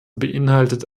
beinhaltet